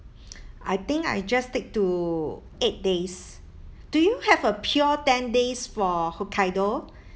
I think I just stick to eight days do you have a pure ten days for hokkaido